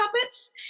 puppets